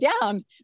down